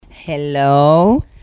Hello